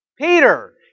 Peter